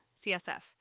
CSF